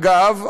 אגב,